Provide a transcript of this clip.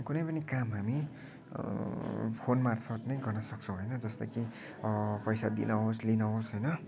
कुनै पनि काम हामी फोन मार्फत नै गर्न सक्छौँ होइन जस्तै कि पैसा दिनु होस् लिन होस् होइन